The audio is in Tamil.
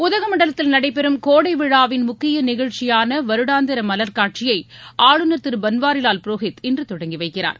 உதகமண்டலத்தில் நடைபெறும் கோடை விழாவின் முக்கிய நிகழ்ச்சியான வருடாந்திர மலர் காட்சியை ஆளுநர் திரு பன்வாரிவால் புரோஹித் இன்று தொடங்கி வைக்கிறார்